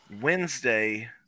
Wednesday